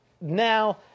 now